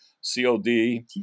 COD